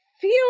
feel